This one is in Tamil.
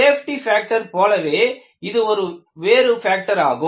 சேஃப்டி ஃபேக்டர் போலவே இது வேறு ஒரு ஃபேக்டர் ஆகும்